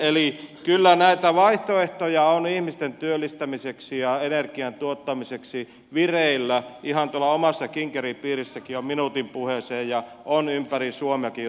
eli kyllä näitä vaihtoehtoja on ihmisten työllistämiseksi ja energian tuottamiseksi vireillä ihan omassa kinkeripiirissäkin jo minuutin puheeseen ja on ympäri suomeakin joita me tuemme